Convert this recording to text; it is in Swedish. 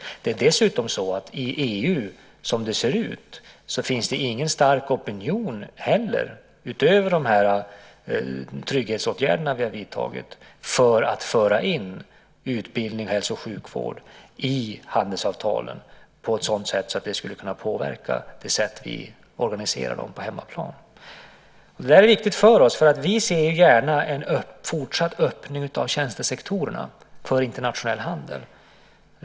I EU, som det ser ut, finns det inte heller någon stark opinion, utöver trygghetsåtgärderna som har vidtagits, för att föra in utbildning och hälso och sjukvård i handelsavtalen på ett sådant sätt att de skulle kunna påverka hur vi organiserar detta på hemmaplan. Det här är viktigt för oss. Vi ser gärna en fortsatt öppning av tjänstesektorerna för internationell handel.